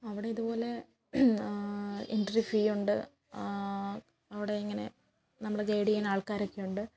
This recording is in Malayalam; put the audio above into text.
അവിടെ ഇതുപോലെ എൻട്രി ഫീ ഉണ്ട് അവിടെ ഇങ്ങനെ നമ്മളെ ഗൈഡ് ചെയ്യാൻ ആൾക്കാരൊക്കെയുണ്ട്